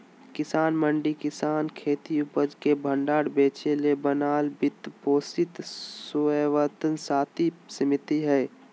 किसान मंडी किसानखेती उपज के भण्डार बेचेले बनाल वित्त पोषित स्वयात्तशासी समिति हइ